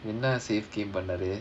என்ன:enna safe game பண்ணது:pannathu